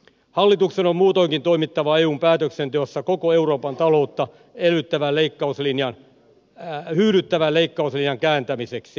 hallituksen on muutoinkin toimittava eun päätöksenteossa koko euroopan taloutta hyydyttävän leikkauslinjan kääntämiseksi